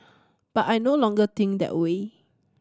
but I no longer think that way